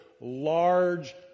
large